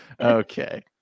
okay